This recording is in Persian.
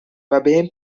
وبهم